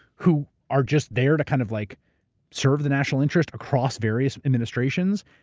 who are just there to kind of like serve the national interest across various administrations.